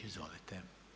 Izvolite.